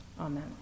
Amen